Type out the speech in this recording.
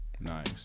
Nice